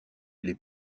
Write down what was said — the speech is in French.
les